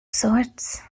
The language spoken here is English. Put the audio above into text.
sorts